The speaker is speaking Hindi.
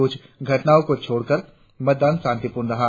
कुछ घटनाओं को छोड़कर मतदान शांतिपूर्ण रहा